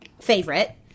favorite